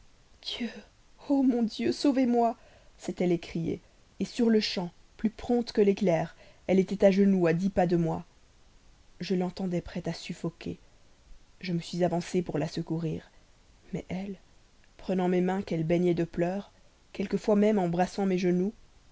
dieu ô mon dieu sauvez-moi s'est-elle écriée sur-le-champ plus prompte que l'éclair elle était à genoux à dix pas de moi je l'entendais prête à suffoquer je me suis avancé pour la secourir mais elle prenant mes mains qu'elle baignait de pleurs quelquefois même embrassant mes genoux